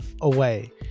away